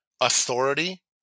authority